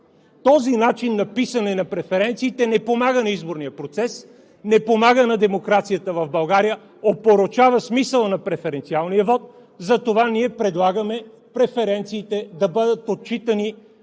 Този начин на писане на преференциите не помага на изборния процес, не помага на демокрацията в България, опорочава смисъла на преференциалния вот. Ние предлагаме преференциите да бъдат отчитани